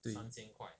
对